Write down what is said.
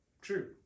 True